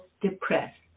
depressed